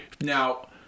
now